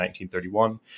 1931